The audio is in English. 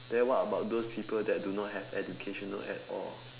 then what about those people that do not have education at all